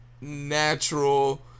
natural